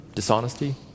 dishonesty